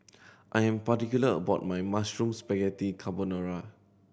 I'm particular about my Mushroom Spaghetti Carbonara